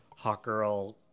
Hawkgirl